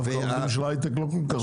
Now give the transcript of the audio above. דווקא העובדים של ההיי-טק לא כל כך מוחלשים.